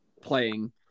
playing